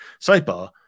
sidebar